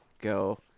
go